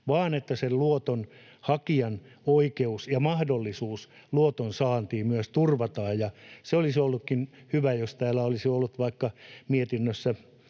vaan että sen luotonhakijan oikeus ja mahdollisuus luoton saantiin myös turvataan. Olisi ollutkin hyvä, jos täällä olisi ollut vaikka mietinnössä